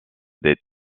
des